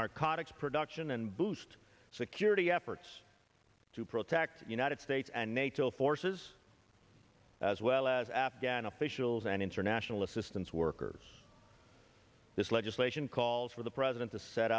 narcotics production and boost security efforts to protect united states and nato forces as well as afghan officials and international assistance workers this legislation calls for the president to set